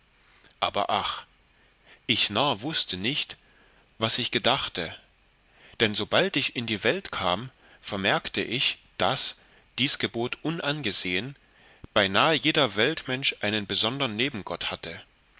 aber ach ich narr wußte nicht was ich gedachte dann sobald ich in die welt kam vermerkte ich daß dies gebot unangesehen beinahe jeder weltmensch einen besondern nebengott hatte